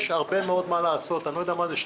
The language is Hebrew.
הפנייה נועדה להעביר סכום של 61,079 אלפי